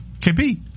KP